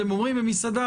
אתם אומרים במסעדה,